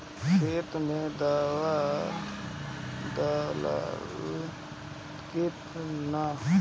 खेत मे दावा दालाल कि न?